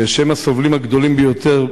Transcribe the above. שהם הסובלים הגדולים ביותר,